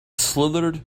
slithered